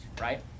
right